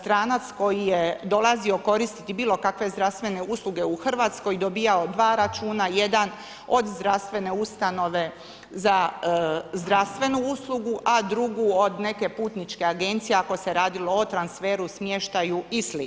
stranac koji je dolazio koristiti bilo kakve zdravstvene usluge u Hrvatskoj dobivao 2 računa, jedan od zdravstvene ustanove za zdravstvenu uslugu a drugu od neke putničke agencije ako se radilo o transferu, smještaju i sl.